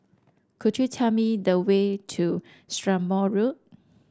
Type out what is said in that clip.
could you tell me the way to Strathmore Road